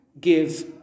give